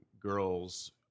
girls